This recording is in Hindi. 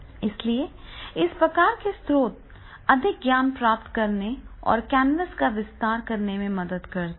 इसलिए इस प्रकार के स्रोत अधिक ज्ञान प्राप्त करने और कैनवास का विस्तार करने में मदद करते हैं